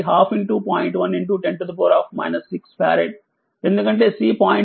110 6 ఫారెడ్ ఎందుకంటే C0